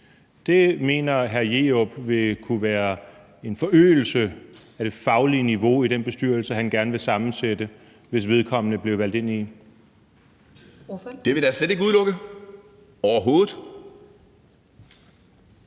mener hr. Bruno Jerup vil kunne være en forøgelse af det faglige niveau i den bestyrelse, han gerne vil sammensætte, hvis vedkommende blev valgt ind i den? Kl. 21:04 Første